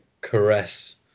caress